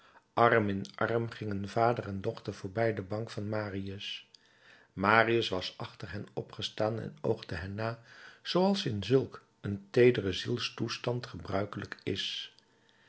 arm in arm gingen vader en dochter voorbij de bank van marius marius was achter hen opgestaan en oogde hen na zooals in zulk een teederen zielstoestand gebruikelijk is